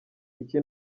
iki